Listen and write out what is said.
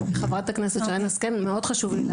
חה"כ שרן השכל, מאד חשוב לי להגיד משהו.